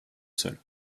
sol